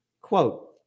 Quote